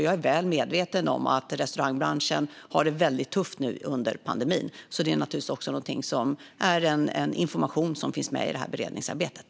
Jag är väl medveten om att restaurangbranschen har det väldigt tufft nu under pandemin, så det är förstås också information som finns med i beredningsarbetet.